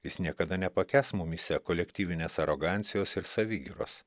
jis niekada nepakęs mumyse kolektyvinės arogancijos ir savigyros